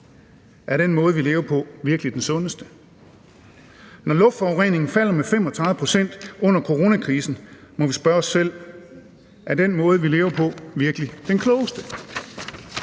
Er den måde, vi lever på, virkelig den sundeste? Når luftforureningen falder med 35 pct. under coronakrisen, må vi spørge os selv: Er den måde, vi lever på, virkelig den klogeste?